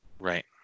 Right